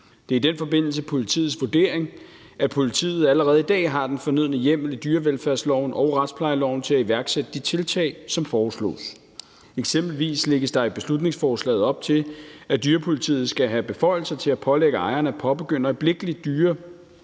Det i den forbindelse politiets vurdering, at politiet allerede i dag har den fornødne hjemmel i dyrevelfærdsloven og retsplejeloven til at iværksætte de tiltag, som foreslås. Eksempelvis lægges der i beslutningsforslaget op til, at dyrepolitiet skal have beføjelser til at pålægge ejerne at påbegynde øjeblikkelig